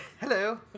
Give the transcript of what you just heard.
Hello